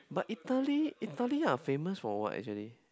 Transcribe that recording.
but Italy Italy are famous for what actually